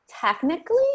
technically